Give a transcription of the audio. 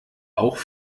auch